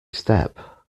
step